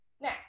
Now